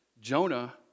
Jonah